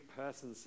person